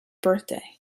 birthday